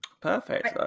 Perfect